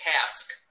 task